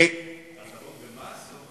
הטבות במס?